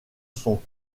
son